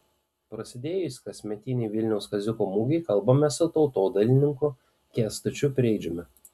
prasidėjus kasmetinei vilniaus kaziuko mugei kalbamės su tautodailininku kęstučiu preidžiumi